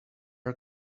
are